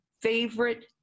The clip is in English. favorite